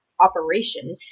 operation